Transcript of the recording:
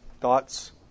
thoughts